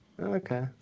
Okay